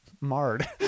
marred